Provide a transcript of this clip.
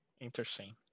Interesting